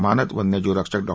मानद वन्यजीव रक्षक डॉ